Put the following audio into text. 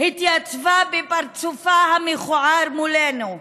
התייצבה בפרצופה המכוער מולנו.